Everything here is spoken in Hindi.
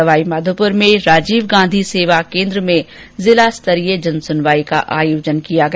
सवाईमाधोपुर में राजीव गांधी सेवा केन्द्र में आज जिला स्तरीय सुनवाई कका आयोजन िकिया गया